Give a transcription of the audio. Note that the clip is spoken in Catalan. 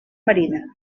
marina